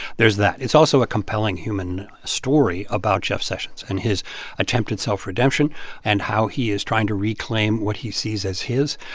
there's that. it's also a compelling human story about jeff sessions and his attempted self-redemption and how he is trying to reclaim what he sees as his.